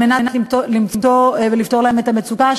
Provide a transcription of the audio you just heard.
כדי לפתור להם את המצוקה.